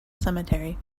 cemetery